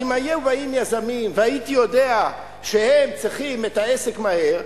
אם היו באים יזמים והייתי יודע שהם צריכים את העסק מהר,